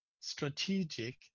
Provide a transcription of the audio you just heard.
strategic